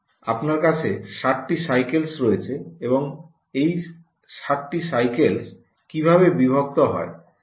আপনার কাছে 7 টি সাইকেল রয়েছে এবং এই 7 টি সাইকেল কীভাবে বিভক্ত হয়